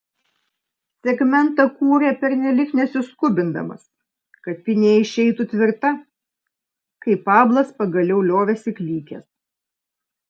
segmentą kūrė pernelyg nesiskubindamas kad pynė išeitų tvirta kai pablas pagaliau liovėsi klykęs